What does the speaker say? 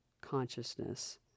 consciousness